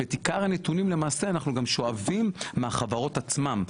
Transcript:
כשאת עיקר הנתונים אנחנו שואבים מהחברות עצמן,